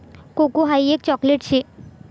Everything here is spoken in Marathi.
कोको हाई एक चॉकलेट शे